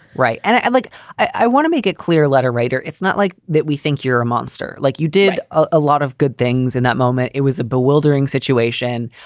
right and i like i want to make it clear, letter writer. it's not like that. we think you're a monster. like you did a lot of good things in that moment. it was a bewildering situation.